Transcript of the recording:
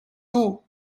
too